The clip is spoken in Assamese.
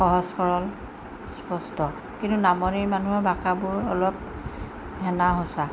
সহজ সৰল স্পষ্ট কিন্তু নামনিৰ মানুহৰ ভাষাবোৰ অলপ হেনা হোচা